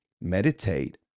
meditate